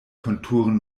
konturen